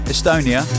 Estonia